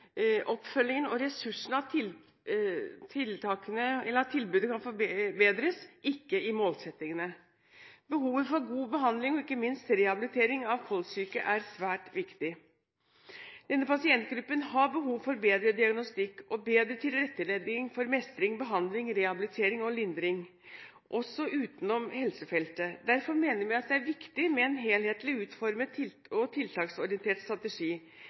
oppfølgingen og ressursene, at tilbudet kan forbedres, ikke i målsettingene. God behandling og ikke minst rehabilitering av kolssyke er svært viktig. Denne pasientgruppen har behov for bedre diagnostikk og bedre tilrettelegging for mestring, behandling, rehabilitering og lindring, også utenom helsefeltet. Derfor mener vi at det er viktig med en helhetlig utformet og tiltaksorientert strategi.